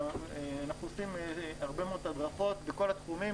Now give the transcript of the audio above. אנחנו עושים הרבה מאוד הדרכות בכל התחומים.